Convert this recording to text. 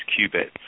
qubits